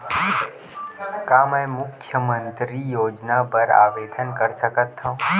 का मैं मुख्यमंतरी योजना बर आवेदन कर सकथव?